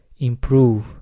improve